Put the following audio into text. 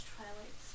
Twilight